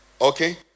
okay